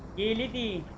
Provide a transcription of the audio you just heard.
e